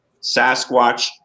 Sasquatch